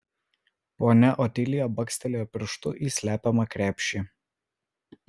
ponia otilija bakstelėjo pirštu į slepiamą krepšį